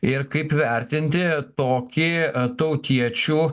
ir kaip vertinti tokį tautiečių